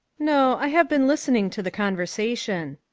no, i have been listening to the conversation.